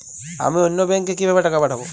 আমি অন্য ব্যাংকে কিভাবে টাকা পাঠাব?